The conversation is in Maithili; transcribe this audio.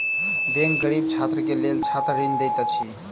बैंक गरीब छात्र के लेल छात्र ऋण दैत अछि